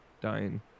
dying